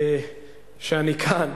שאני כאן,